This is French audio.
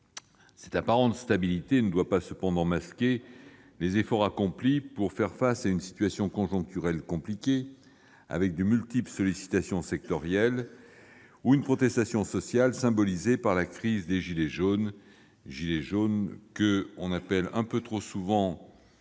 cette apparente stabilité ne doit pas masquer les efforts accomplis pour faire face à une situation conjoncturelle compliquée, avec de multiples sollicitations sectorielles et une protestation sociale symbolisée par la crise des « gilets jaunes », que l'on invoque un peu trop fréquemment pour